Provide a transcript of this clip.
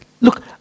Look